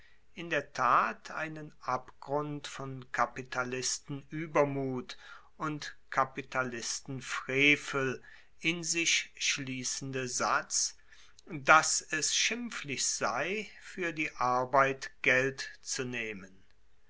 in der tat einen abgrund von kapitalistenuebermut und kapitalistenfrevel in sich schliessende satz dass es schimpflich sei fuer die arbeit geld zu nehmen